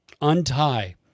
Untie